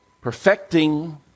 perfecting